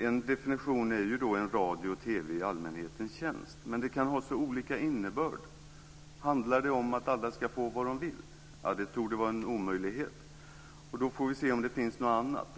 En definition är en radio och TV i allmänhetens tjänst, men det kan ha så olika innebörd. Handlar det om att alla ska få vad de vill? Det torde vara en omöjlighet. Då får vi se om det finns något annat.